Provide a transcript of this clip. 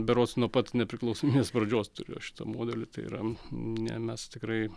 berods nuo pat nepriklausomybės pradžios turėjo šitą modelį tai yra ne mes tikrai